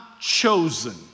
chosen